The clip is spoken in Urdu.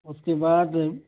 اس کے بعد